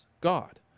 God